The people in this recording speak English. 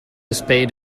spade